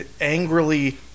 angrily